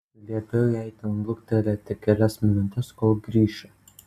liepiau jai ten luktelėti kelias minutes kol grįšiu